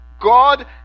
God